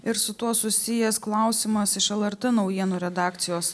ir su tuo susijęs klausimas iš lrt naujienų redakcijos